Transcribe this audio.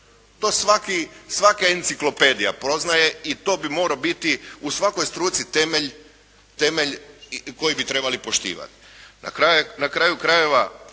To svaka enciklopedija poznaje i to bi morao biti u svakoj struci temelj koji bi trebali poštivati.